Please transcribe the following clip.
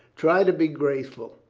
try to be grateful.